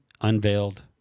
unveiled